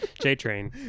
J-Train